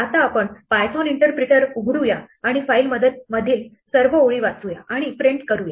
आता आपण Python interpreter उघडू या आणि या फाईलमधील सर्व ओळी वाचूया आणि प्रिंट करूया